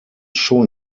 schon